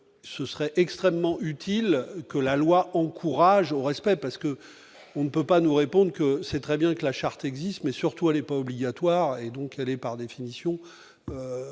ce serait extrêmement utile que la loi encourage au respect parce que on ne peut pas nous répondent que c'est très bien que la charte existe, mais surtout elle est pas obligatoire et donc elle est par définition